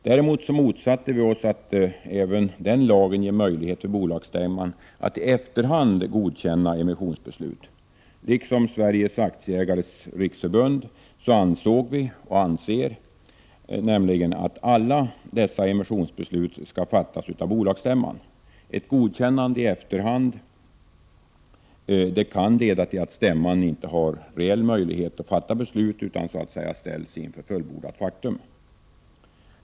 Däremot motsatte vi oss att även den lagen ger möjlighet för bolagsstämman att i efterhand godkänna emissionsbeslut. Liksom Sveriges aktieägares riksförbund ansåg vi och anser nämligen att alla emissionsbeslut skall fattas av bolagsstämman. Ett godkännande i efterhand'kan leda till att stämman inte har reell möjlighet att fatta beslut utan så att säga ställs inför fullbordat faktum.